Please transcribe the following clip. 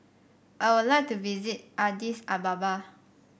I would like to visit Addis Ababa